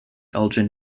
elgin